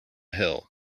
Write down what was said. hill